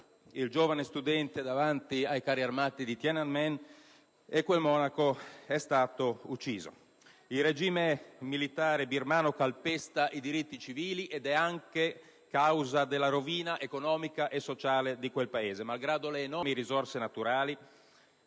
il giovane studente davanti ai carri armati di Tienanmen, e quel monaco è stato ucciso. Il regime militare birmano calpesta i diritti civili ed è anche causa della rovina economica e sociale di quel Paese. Malgrado le enormi risorse naturali,